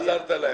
עזרת להם.